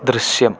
ദൃശ്യം